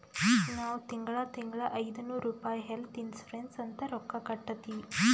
ನಾವ್ ತಿಂಗಳಾ ತಿಂಗಳಾ ಐಯ್ದನೂರ್ ರುಪಾಯಿ ಹೆಲ್ತ್ ಇನ್ಸೂರೆನ್ಸ್ ಅಂತ್ ರೊಕ್ಕಾ ಕಟ್ಟತ್ತಿವಿ